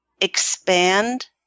expand